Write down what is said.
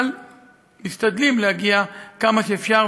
אבל משתדלים להגיע כמה שאפשר,